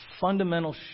Fundamental